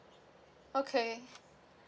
okay